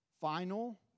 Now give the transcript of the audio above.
final